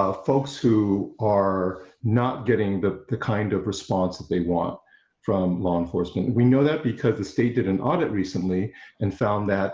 ah folks who are not getting the the kind of response that they want from law enforcement, we know that because the state did an audit recently and found that